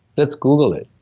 lets google it.